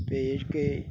ਭੇਜ ਕੇ